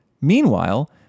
Meanwhile